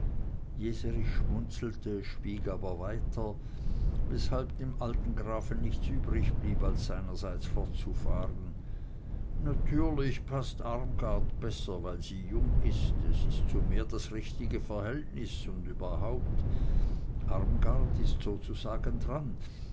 jeserich schmunzelte schwieg aber weiter weshalb dem alten grafen nichts übrigblieb als seinerseits fortzufahren natürlich paßt armgard besser weil sie jung ist es ist so mehr das richtige verhältnis und überhaupt armgard ist sozusagen dran